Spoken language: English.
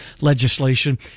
legislation